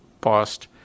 past